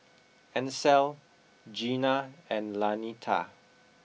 Ancel Gena and Lanita